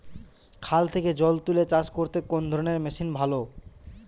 খাল থেকে জল তুলে চাষ করতে কোন ধরনের মেশিন ভালো?